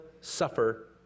suffer